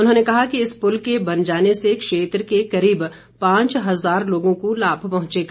उन्होंने कहा कि इस पुल के बन जाने से क्षेत्र के करीब पांच हजार लोगों को लाभ पहंचेगा